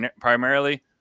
primarily